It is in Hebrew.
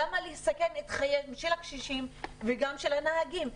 למה לסכן את חייהם של הקשישים וגם של הנהגים?